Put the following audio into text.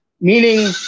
meaning